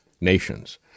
nations